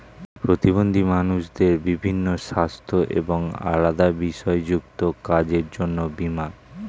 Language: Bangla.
প্রতিবন্ধী মানুষদের বিভিন্ন সাস্থ্য এবং আলাদা বিষয় যুক্ত কাজের জন্য বীমা